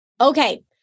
Okay